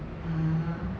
uh